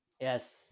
Yes